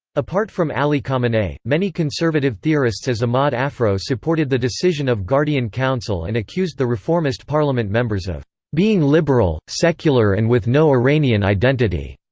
apart from ali khamenei, many conservative theorists as emad afrough supported the decision of guardian council and accused the reformist parliament members of being liberal, secular and with no iranian identity.